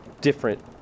different